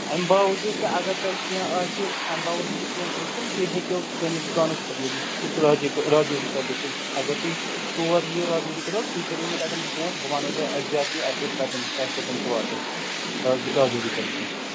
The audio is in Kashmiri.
اَمہِ باوجوٗد تہِ اَگر تۅہہِ کیٚنٛہہ آسہِ اَمہِ باوجوٗد تہِ کیٚنٛہہ پرٕٛژُھن تُہۍ ہیٚکِو سٲنِس دُکانَس پٮ۪ٹھ تہِ یِتھ یُس راجو راجوری کٔدٕلہٕ چھُ اگر تُہۍ تور یِیو راجوری کٔدٕل تُہۍ کٔرِو مےٚ تَتٮ۪ن فون بہٕ وَنہو تۅہہِ ایٚکزیٹِلی ایٚڈرَس کَتٮ۪ن چھُ تۅہہِ کوٚتَن چھُ واتُن را راجوری کٔدٕلَس نِش